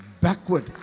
Backward